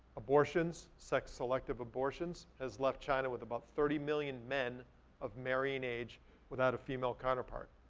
abortions, sex-selective abortions, has left china with about thirty million men of marrying age without a female counterpart,